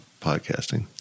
podcasting